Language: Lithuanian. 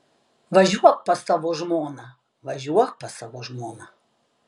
važiuok pas savo žmoną važiuok pas savo žmoną